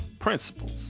principles